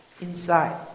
inside